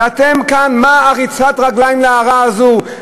ואתם כאן, מה זה "ריצת הרגליים להרע" הזאת?